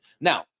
Now